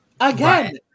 Again